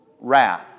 wrath